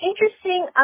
interesting